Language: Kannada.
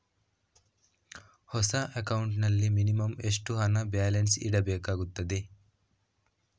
ಹೊಸ ಅಕೌಂಟ್ ನಲ್ಲಿ ಮಿನಿಮಂ ಎಷ್ಟು ಹಣ ಬ್ಯಾಲೆನ್ಸ್ ಇಡಬೇಕಾಗುತ್ತದೆ?